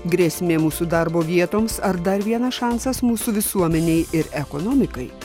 grėsmė mūsų darbo vietoms ar dar vienas šansas mūsų visuomenei ir ekonomikai